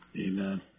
Amen